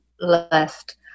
left